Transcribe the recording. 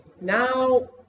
Now